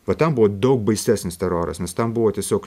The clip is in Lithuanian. va ten buvo daug baisesnis teroras nes ten buvo tiesiog